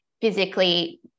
physically